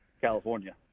california